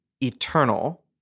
eternal